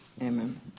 Amen